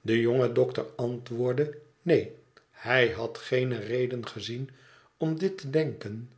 de jonge dokter antwoordde neen hij had geen e reden gezien om dit te denken